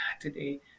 today